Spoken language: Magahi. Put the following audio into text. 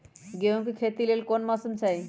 गेंहू के खेती के लेल कोन मौसम चाही अई?